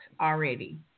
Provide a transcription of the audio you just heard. already